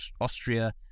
Austria